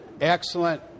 excellent